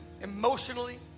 emotionally